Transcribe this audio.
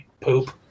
poop